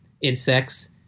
insects